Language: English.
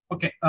Okay